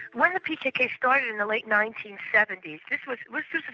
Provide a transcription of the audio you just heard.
when the pkk started in the late nineteen seventy like